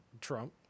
Trump